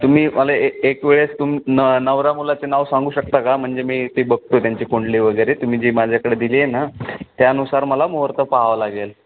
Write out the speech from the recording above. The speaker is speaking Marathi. तुम्ही मला ए एक वेळेस तुम न नवऱ्या मुलाचे नाव सांगू शकता का म्हणजे मी ती बघतो त्यांची कुंडली वगैरे तुम्ही जी माझ्याकडे दिली आहे ना त्यानुसार मला मुहूर्त पाहावं लागेल